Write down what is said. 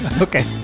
Okay